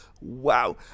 wow